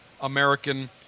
American